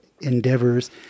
endeavors